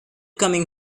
coming